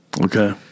Okay